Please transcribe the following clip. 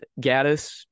Gaddis